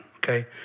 Okay